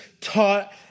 taught